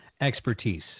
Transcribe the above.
expertise